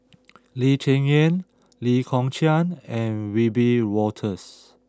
Lee Cheng Yan Lee Kong Chian and Wiebe Wolters